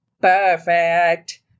Perfect